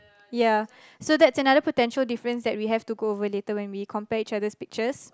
ya so that's another potential difference that we have to go over later when we compare with each other pictures